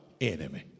Enemy